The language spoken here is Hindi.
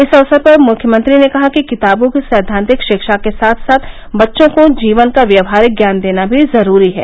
इस अवसर पर मुख्यमंत्री ने कहा कि किताबों की सैद्वान्तिक शिक्षा के साथ साथ बच्चों को जीवन का व्यवहारिक ज्ञान देना भी जरूरी है